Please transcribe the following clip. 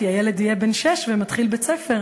כי הילד יהיה בן שש ומתחיל בית-ספר.